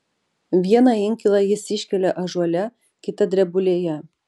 vieną inkilą jis iškelia ąžuole kitą drebulėje